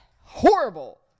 horrible